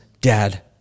Dad